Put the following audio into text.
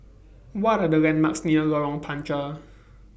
What Are The landmarks near Lorong Panchar